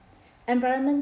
environment